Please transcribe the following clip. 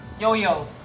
Yo-Yo